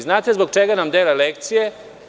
Znate zbog čega nam dele lekcije?